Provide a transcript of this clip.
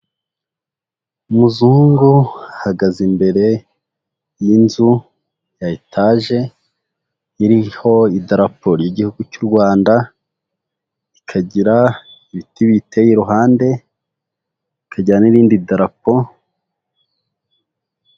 Umuzungu ahagaze imbere y'inzu ya etage iriho idarapo igihugu cy'u Rwanda, ikagira ibiti biyiteye iruhande, ikagira n'irindi darapo.